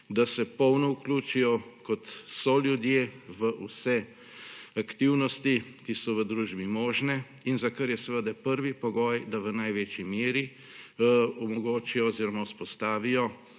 da se polno vključijo kot soljudje v vse aktivnosti, ki so v družbi možne, in za kar je seveda prvi pogoj, da v največji meri omogočijo oziroma vzpostavijo